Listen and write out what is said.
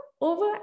over